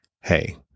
hey